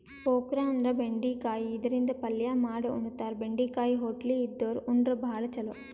okra ಅಂದ್ರ ಬೆಂಡಿಕಾಯಿ ಇದರಿಂದ ಪಲ್ಯ ಮಾಡ್ ಉಣತಾರ, ಬೆಂಡಿಕಾಯಿ ಹೊಟ್ಲಿ ಇದ್ದೋರ್ ಉಂಡ್ರ ಭಾಳ್ ಛಲೋ